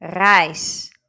reis